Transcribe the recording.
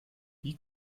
wie